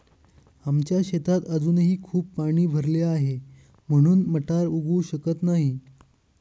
आमच्या शेतात अजूनही खूप पाणी भरले आहे, म्हणून मटार उगवू शकत नाही